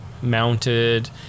mounted